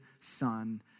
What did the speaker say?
son